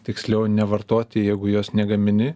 tiksliau nevartoti jeigu juos negamini